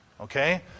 Okay